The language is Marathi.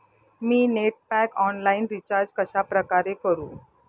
मी नेट पॅक ऑनलाईन रिचार्ज कशाप्रकारे करु?